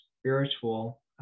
spiritual